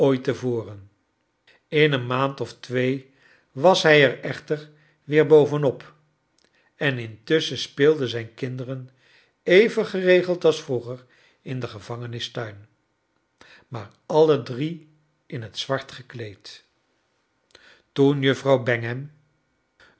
in een inaand of twee was hij er echter weer boven op en intusschen speelden zijn kinderen even geregeld als vroeger in den gevangenistuin maar alle drie in het zwart gekleed toen jufirouw